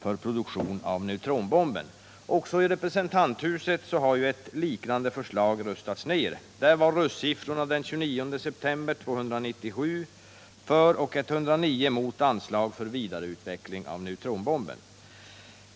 för produktion av neutronbomben. Även i representanthuset har ett liknande förslag röstats ned. Där var röstsiffrorna den 29 september 297 för och 109 mot anslag för vidareutveckling av neutronbomben.